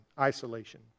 Isolation